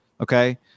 okay